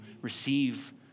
receive